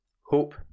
Hope